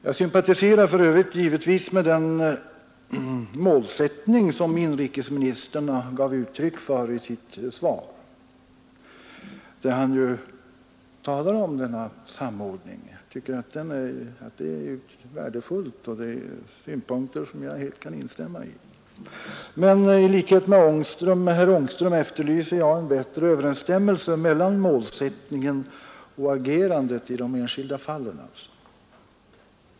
Jag sympatiserar för övrigt givetvis med den målsättning som inrikesministern gav uttryck för i sitt svar. Där talar han om denna samordning. Jag tycker att det är värdefullt, och dessa synpunkter kan jag helt instämma i. I likhet med herr Ångström efterlyser jag dock en bättre överensstämmelse mellan målsättningen och agerandet i de enskilda fallen.